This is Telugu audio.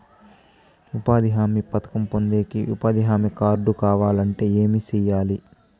ఉపాధి హామీ పథకం పొందేకి ఉపాధి హామీ కార్డు కావాలంటే ఏమి సెయ్యాలి?